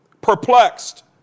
Perplexed